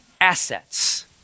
assets